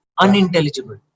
unintelligible